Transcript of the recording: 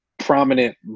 prominent